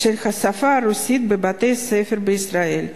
של השפה הרוסית בבתי-ספר בישראל,